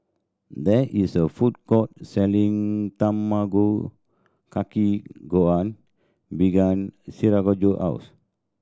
there is a food court selling Tamago Kake Gohan behind Sergio house